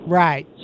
right